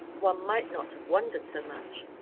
one might not have wondered so much.